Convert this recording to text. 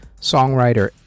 songwriter